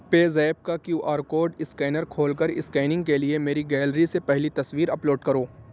پے zip کا Q R code scanner کھول کر اسکیننگ کے لیے میری گیلری سے پہلی تصویر اپلوڈ کرو